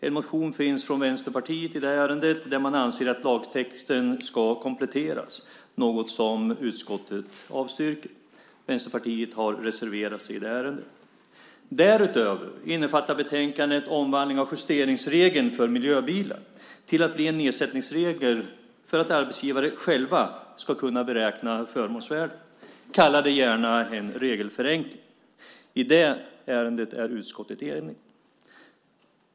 En motion från Vänsterpartiet finns i det här ärendet. Där anser man att lagtexten ska kompletteras, något som utskottet avstyrker. Vänsterpartiet har reserverat sig i det ärendet. Därutöver innefattar betänkandet omvandling av justeringsregeln för miljöbilar till att bli en ersättningsregel för att arbetsgivare själva ska kunna beräkna förmånsvärdet. Kalla det gärna en regelförenkling. I det ärendet är utskottet enigt.